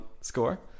score